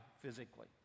physically